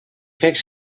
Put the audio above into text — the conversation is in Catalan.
fer